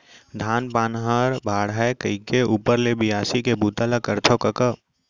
धान पान हर बाढ़य कइके ऊपर ले बियासी के बूता ल करथव कका